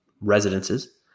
residences